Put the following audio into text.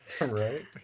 right